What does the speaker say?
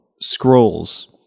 scrolls